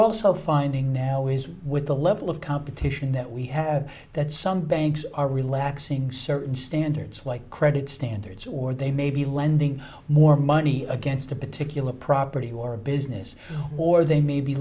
also finding now is with the level of competition that we have that some banks are relaxing certain standards like credit standards or they may be lending more money against a particular property or a business or they may be